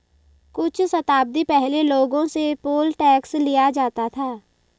कुछ शताब्दी पहले लोगों से पोल टैक्स लिया जाता था